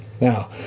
Now